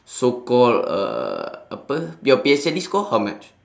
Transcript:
so called uh apa your P_S_L_E score how much